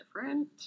different